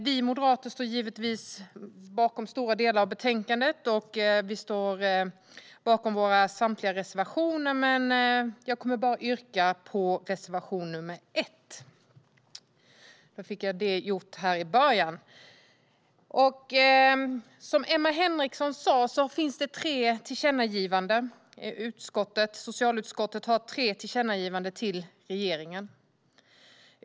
Vi moderater står givetvis bakom stora delar av betänkandet och bakom våra samtliga reservationer, men jag yrkar bifall endast till reservation nr 1. Som Emma Henriksson sa har socialutskottet föreslagit tre tillkännagivanden till regeringen.